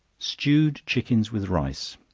stewed chickens with rice.